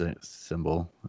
symbol